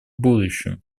будущем